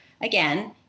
again